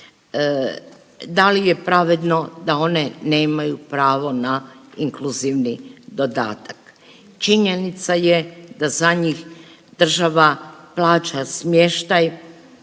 da li je pravedno da one nemaju pravo na inkluzivni dodatak. Činjenica je da za njih država plaća smještaj,